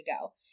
go